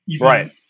Right